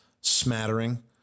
smattering